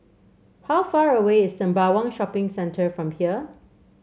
how far away is Sembawang Shopping Centre from here